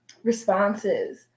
Responses